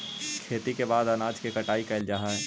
खेती के बाद अनाज के कटाई कैल जा हइ